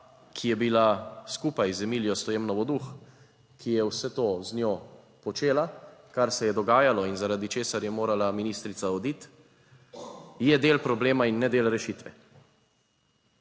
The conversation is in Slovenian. ki je bila skupaj z Emilijo Stojmenov Duh, ki je vse to z njo počela, kar se je dogajalo in zaradi česar je morala ministrica oditi, je del problema in ne del rešitve.